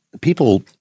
People